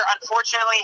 unfortunately